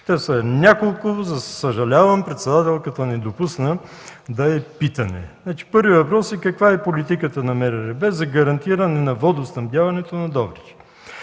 Те са няколко, съжалявам, председателката не допусна да е питане. Първият въпрос е: каква е политиката на МРРБ за гарантиране на водоснабдяването на Добрич?